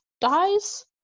dies